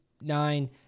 nine